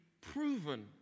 proven